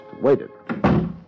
waited